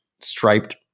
striped